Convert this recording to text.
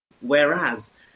Whereas